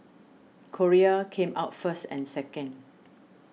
Korea came out first and second